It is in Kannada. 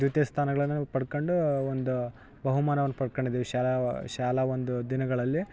ದ್ವಿತೀಯ ಸ್ಥಾನಗಳನ್ನ ನಾವು ಪಡ್ಕೊಂಡ್ ಒಂದು ಬಹುಮಾನವನ್ನು ಪಡ್ಕೊಂಡಿದೀವಿ ಶಾಲಾ ಶಾಲಾ ಒಂದು ದಿನಗಳಲ್ಲಿ